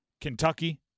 Kentucky